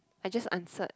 I just answered